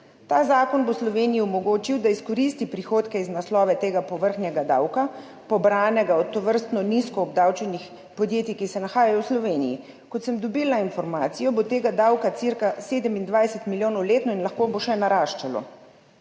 Ta zakon bo Sloveniji omogočil, da izkoristi prihodke iz naslova tega povrhnjega davka, pobranega od tovrstno nizko obdavčenih podjetij, ki se nahajajo v Sloveniji. Kot sem dobila informacijo, bo tega davka cirka 27 milijonov letno in lahko bo še naraščal.